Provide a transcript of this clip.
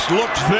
looks